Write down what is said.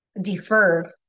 deferred